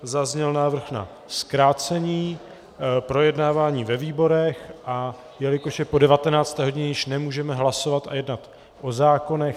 Zazněl návrh na zkrácení projednávání ve výborech, a jelikož je po 19. hodině, již nemůžeme hlasovat a jednat o zákonech.